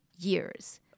years